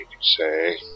say